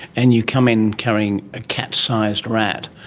and you come in carrying a cat-sized rat,